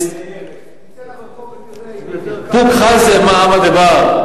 תצא לרחוב ותראה, פוק חזי מאי עמא דבר.